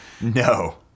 No